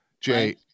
Jay